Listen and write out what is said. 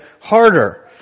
harder